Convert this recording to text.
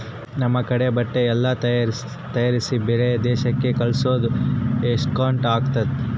ನಮ್ ಕಡೆ ಬಟ್ಟೆ ಎಲ್ಲ ತಯಾರಿಸಿ ಬೇರೆ ದೇಶಕ್ಕೆ ಕಲ್ಸೋದು ಎಕ್ಸ್ಪೋರ್ಟ್ ಆಗುತ್ತೆ